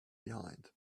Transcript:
behind